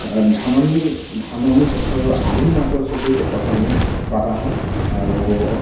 ধাননি ধাননি পথাৰৰ আলিৰ মাজত আচলতে চেপাটো আমি পতা হয় আৰু